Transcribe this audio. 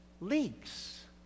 leaks